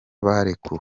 barekuwe